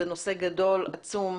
זה נושא גדול ועצום.